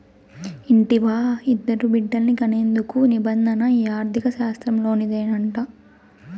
ఇంటివా, ఇద్దరు బిడ్డల్ని కనేందుకు నిబంధన ఈ ఆర్థిక శాస్త్రంలోనిదేనంట